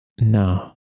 No